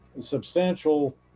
substantial